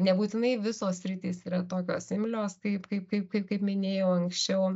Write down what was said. nebūtinai visos sritys yra tokios imlios kaip kaip kaip kaip kaip minėjau anksčiau